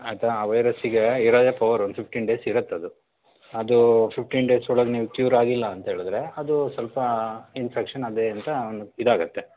ಆಯ್ತಾ ಆ ವೈರಸಿಗೆ ಇರೋದೇ ಪವರು ಒಂದು ಫಿಫ್ಟೀನ್ ಡೇಸ್ ಇರತ್ತದು ಅದು ಫಿಫ್ಟೀನ್ ಡೇಸ್ ಒಳಗೆ ನೀವು ಚ್ಯೂರ್ ಆಗಿಲ್ಲಾಂಥೇಳಿದ್ರೆ ಅದು ಸ್ವಲ್ಪ ಇನ್ಫೆಕ್ಷನ್ ಅದೇ ಅಂತ ಒಂದು ಇದಾಗುತ್ತೆ